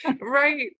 Right